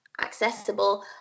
accessible